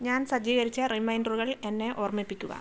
ഞാൻ സജ്ജീകരിച്ച റിമൈൻഡറുകൾ എന്നെ ഓർമ്മിപ്പിക്കുക